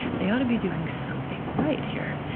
they ought to be doing something right here.